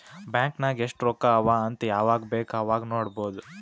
bank ನಾಗ್ ಎಸ್ಟ್ ರೊಕ್ಕಾ ಅವಾ ಅಂತ್ ಯವಾಗ ಬೇಕ್ ಅವಾಗ ನೋಡಬೋದ್